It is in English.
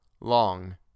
Long